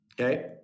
Okay